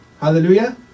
hallelujah